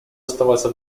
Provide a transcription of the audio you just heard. оставаться